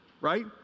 right